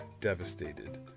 devastated